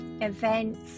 events